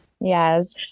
Yes